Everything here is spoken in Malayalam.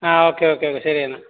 ആ ഓക്കെ ഓക്കെ ഓക്കെ ശരി എന്നാൽ